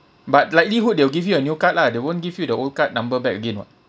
but likelihood they will give you a new card lah they won't give you the old card number back again [what]